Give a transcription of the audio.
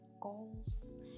goals